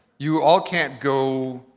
you all can't go.